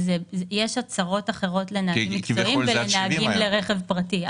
יש הצהרות אחרות לנהגים מקצועיים ולנהגים לרכב פרטי.